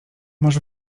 masz